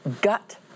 gut